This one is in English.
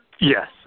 Yes